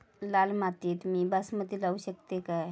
लाल मातीत मी बासमती लावू शकतय काय?